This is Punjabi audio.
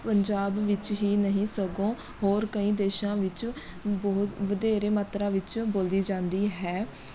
ਪੰਜਾਬ ਵਿੱਚ ਹੀ ਨਹੀਂ ਸਗੋਂ ਹੋਰ ਕਈ ਦੇਸ਼ਾਂ ਵਿੱਚ ਬੋਲ ਵਧੇਰੇ ਮਤਾਰਾ ਵਿੱਚ ਬੋਲੀ ਜਾਂਦੀ ਹੈ